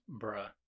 Bruh